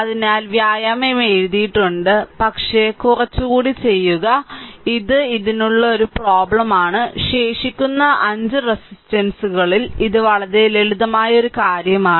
അതിനാൽ വ്യായാമം എഴുതിയിട്ടുണ്ട് പക്ഷേ കുറച്ച് കൂടി ചെയ്യുക ഇത് ഇതിനുള്ള ഒരു പ്രോബ്ലെമാണ് ശേഷിക്കുന്ന 5 റെസിസ്റ്ററുകളിൽ ഇത് വളരെ ലളിതമായ ഒരു കാര്യമാണ്